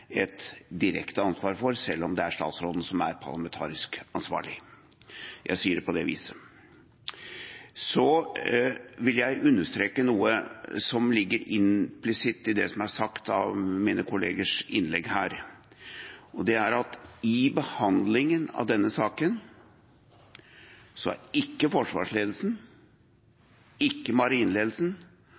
et direkte ansvar for, selv om det er statsråden som er parlamentarisk ansvarlig. Jeg sier det på det viset. Jeg vil understreke noe som ligger implisitt i det som er sagt i mine kollegers innlegg her, og det er at i behandlingen av denne saken har ikke forsvarsledelsen, ikke